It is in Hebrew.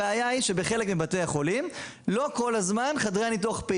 הבעיה היא שבחלק מבתי החולים חדרי הניתוח לא כל הזמן פעילים.